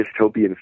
dystopian